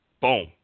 Boom